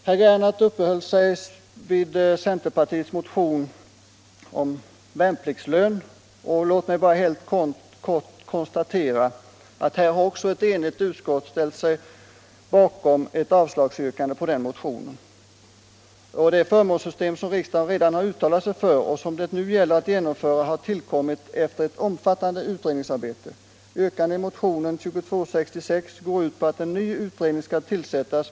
Slutligen uppehöll sig herr Gernandt vid centerpartiets motion om värnpliktslön, och då vill jag bara helt kort konstatera att också här har ett enigt utskott ställt sig bakom ett yrkande om avslag på den motionen. Utskottet skriver i det sammanhanget: ”Det förmånssystem som riksdagen redan har uttalat sig för och som det nu gäller att genomföra har tillkommit efter ett omfattande utrednings arbete. Yrkandet i motionen 2266 går ut på att en ny utredning skall tillsättas.